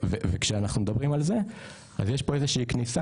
וכשאנחנו מדברים על זה אז יש פה איזושהי כניסה